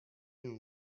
knew